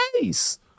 face